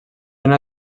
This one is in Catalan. una